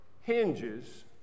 hinges